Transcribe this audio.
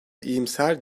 iyimser